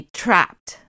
trapped